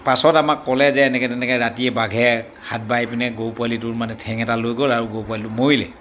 পাছত আমাক ক'লে যে এনেকৈ তেনেকৈ ৰাতিয়ে বাঘে হাত বাই পিনে গৰু পোৱালিটোৰ মানে ঠেং এটা লৈ গ'ল আৰু গৰু পোৱালিটো মৰিলে